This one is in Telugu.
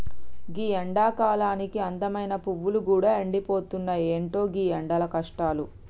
గీ ఎండకాలానికి అందమైన పువ్వులు గూడా ఎండిపోతున్నాయి, ఎంటో గీ ఎండల కష్టాలు